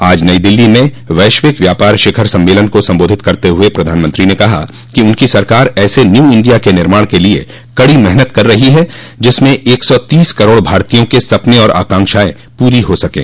आज नई दिल्ली में वैश्विक व्यापार शिखर सम्मेलन को सम्बोधित करते हुए प्रधानमंत्रो ने कहा कि उनकी सरकार ऐसे न्यू इंडिया के निर्माण के लिए कड़ी मेहनत कर रही है जिसमें एक सौ तीस करोड़ भारतीयों के सपने और आकांक्षाएं पूरी हो सकें